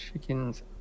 chickens